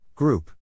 Group